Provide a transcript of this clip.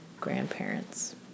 grandparents